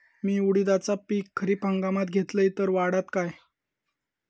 मी उडीदाचा पीक खरीप हंगामात घेतलय तर वाढात काय?